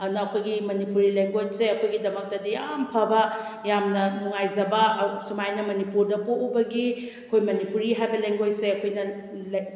ꯑꯗꯨꯅ ꯑꯩꯈꯣꯏꯒꯤ ꯃꯅꯤꯄꯨꯔꯤ ꯂꯦꯡꯒ꯭ꯋꯦꯖꯁꯦ ꯑꯩꯈꯣꯏꯒꯤꯗꯃꯛꯇꯗꯤ ꯌꯥꯝ ꯐꯕ ꯌꯥꯝꯅ ꯅꯨꯡꯉꯥꯏꯖꯕ ꯁꯨꯃꯥꯏꯅ ꯃꯅꯤꯄꯨꯔꯗ ꯄꯣꯛꯎꯕꯒꯤ ꯑꯩꯈꯣꯏ ꯃꯅꯤꯄꯨꯔꯤ ꯍꯥꯏꯕ ꯂꯦꯡꯒ꯭ꯋꯦꯖꯁꯦ ꯑꯩꯈꯣꯏꯅ